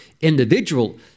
individual